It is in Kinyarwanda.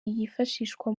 yifashishwa